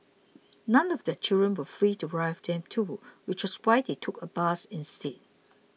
none of their children were free to drive them too which was why they took a bus instead